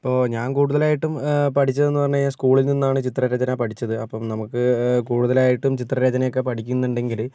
ഇപ്പോൾ ഞാൻ കൂടുതലായിട്ടും പഠിച്ചതെന്നു പറഞ്ഞു കഴിഞ്ഞാൽ സ്കൂളിൽ നിന്നാണ് ചിത്രരചന പഠിച്ചത് അപ്പം നമുക്ക് കൂടുതലായിട്ടും ചിത്രരചനയൊക്കെ പഠിക്കുന്നുണ്ടെങ്കിൽ